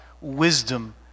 wisdom